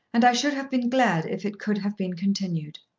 and i should have been glad if it could have been continued.